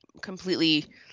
completely